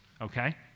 okay